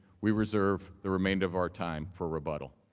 we reserve the remainder of our time for rebuttal.